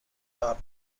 armor